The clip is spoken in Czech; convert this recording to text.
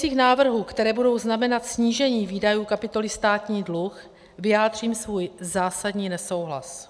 U pozměňujících návrhů, které budou znamenat snížení výdajů kapitoly státní dluh, vyjádřím svůj zásadní nesouhlas.